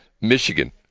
Michigan